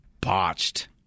botched